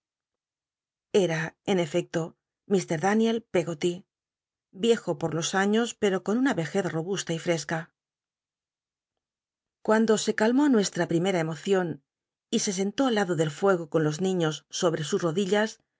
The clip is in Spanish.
ea en efecto h daniel peggoty viejo por los aiíos pero con una vejez robusta y f esca a primera cmocion y o cuando se calmó nuestra primera emocion y se sentó al lado del fuego con los niños sobre sus odillas